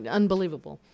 unbelievable